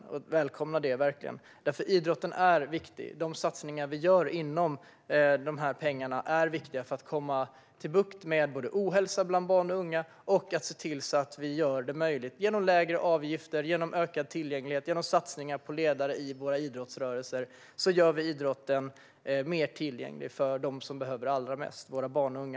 Jag välkomnar det verkligen, för idrotten är viktig. De satsningar vi gör är viktiga för att få bukt med ohälsa bland barn, och genom lägre avgifter, ökad tillgänglighet och satsningar på ledare i våra idrottsrörelser gör vi idrotten mer tillgänglig för dem som behöver det allra mest - våra barn och unga.